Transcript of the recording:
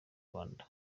rwanda